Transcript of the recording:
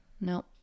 Nope